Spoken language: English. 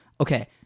okay